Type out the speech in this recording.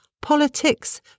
politics